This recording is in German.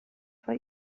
vor